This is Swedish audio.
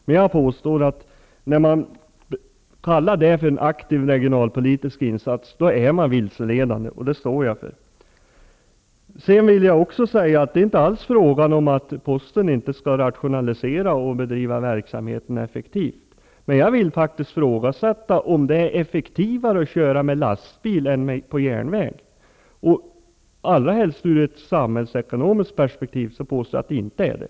Kallar man den minskningen för en aktiv regionalpolitisk insats vilseleder man. Det står jag för. Det är inte alls fråga om att posten inte skall rationalisera och bedriva en effektiv verksamhet. Men jag vill faktiskt ifrågasätta om det är effektivare att köra med lastbil än att använda sig av järnväg. Med tanke på samhällsekonomin vill jag påstå att det inte är det.